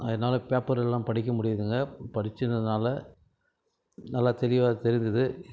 அதனால பேப்பர் எல்லாம் படிக்க முடியுறது இல்லை படிச்சதனால நல்லா தெளிவாக தெரிஞ்சது